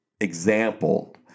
example